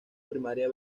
primaria